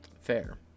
Fair